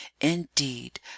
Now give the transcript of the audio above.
Indeed